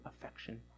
affection